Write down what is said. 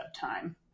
time